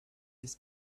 his